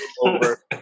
over